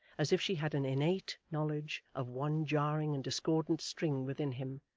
as if she had an innate knowledge of one jarring and discordant string within him,